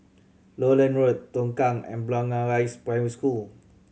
Lowland Road Tongkang and Blangah Rise Primary School